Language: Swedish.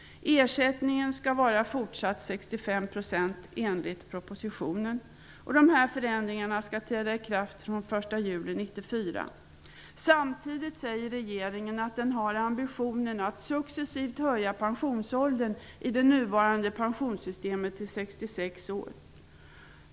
Ersättningen skall enligt propositionen vara fortsatt 65 %. De här förändringarna skall träda i kraft den 1 juli 1994. Samtidigt säger regeringen att den har ambitionen att successivt höja pensionsåldern i det nuvarande pensionssystemet till 66 år.